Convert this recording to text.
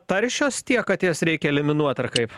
taršios tiek kad jas reikia eliminuot ar kaip